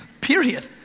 period